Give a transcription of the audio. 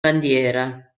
bandiera